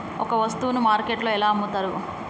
ఒక వస్తువును మార్కెట్లో ఎలా అమ్ముతరు?